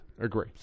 Agree